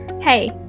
Hey